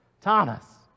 Thomas